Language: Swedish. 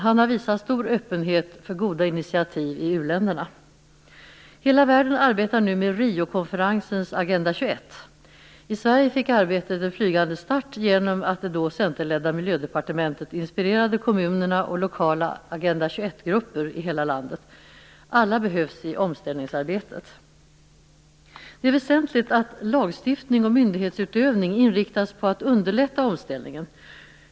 Han har visat stor öppenhet för goda initiativ i u-länderna. Hela världen arbetar nu med Riokonferensens Agenda 21. I Sverige fick arbetet en flygande start genom att det då centerledda Miljödepartementet inspirerade kommuner och lokala Agenda 21-grupper i hela landet. Alla behövs i omställningsarbetet. Det är väsentligt att lagstiftning och myndighetsutövning inriktas på att underlätta omställningen.